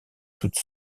toute